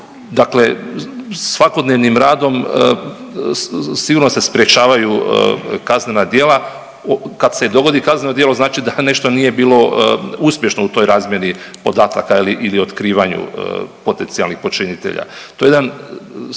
Dakle, svakodnevnim radom sigurno se sprječavaju kaznena djela, kad se i dogodi kazneno djelo znači da nešto nije bilo uspješno u toj razmjeni podataka ili otkrivanju potencijalnih počinitelja.